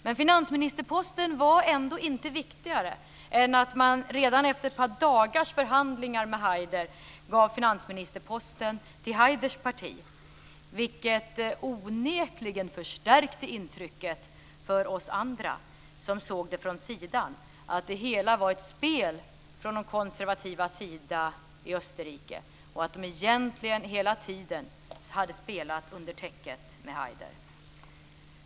Men finansministerposten var ändå inte viktigare än att man redan efter ett par dagars förhandlingar med Haider gav finansministerposten till Haiders parti. För oss andra som såg det från sidan förstärkte det onekligen intrycket av att det hela var ett spel från de konservativas sida i Österrike och att de egentligen hela tiden hade spelat under täcket med Haider.